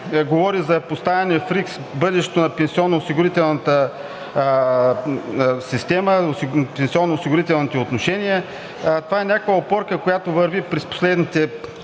говори за поставяне в риск бъдещето на пенсионноосигурителната система, пенсионноосигурителните отношения. Това е някаква опорка, която върви през последните